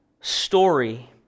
story